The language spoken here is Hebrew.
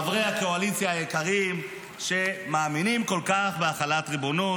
חברי הקואליציה היקרים שמאמינים כל כך בהחלת ריבונות,